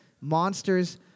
Monsters